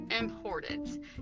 important